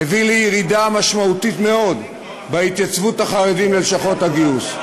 הביא לירידה משמעותית מאוד בהתייצבות החרדים בלשכות הגיוס.